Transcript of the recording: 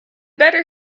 better